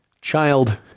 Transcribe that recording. child